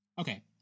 Okay